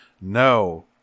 no